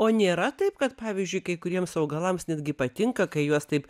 o nėra taip kad pavyzdžiui kai kuriems augalams netgi patinka kai juos taip